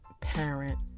parent